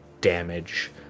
damage